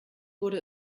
wurde